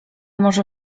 może